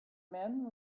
men